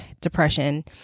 depression